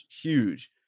Huge